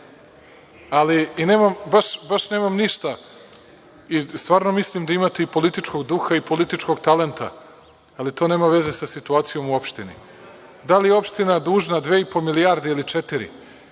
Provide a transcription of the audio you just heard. pokriva. Baš nemam ništa i stvarno mislim da imate i političkog duha i političkog talenta, ali to nema veze sa situacijom u opštini. Da li je opština dužna 2,5 milijarde ili četiri?